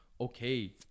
okay